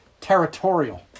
territorial